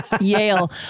Yale